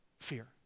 fear